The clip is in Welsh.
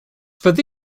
fyddi